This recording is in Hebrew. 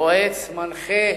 יועץ, מנחה,